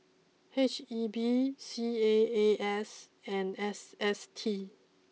H E B C A A S and S S T